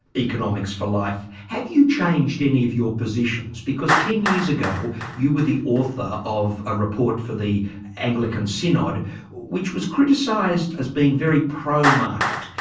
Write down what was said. economics for life. have you changed any of your positions? because ten years ago you were the author of a report for the anglican synod which was criticised as being very pro-market.